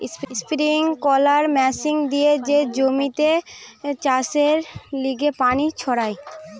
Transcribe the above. sprinkler machine দিয়ে যে জমিতে চাষের লিগে পানি ছড়ায়